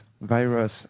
virus